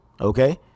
Okay